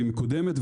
והיא מקודמת,